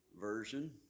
version